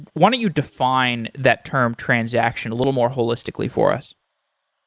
why don't you define that term transaction a little more holistically for us?